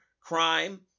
crime